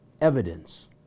evidence